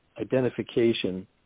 identification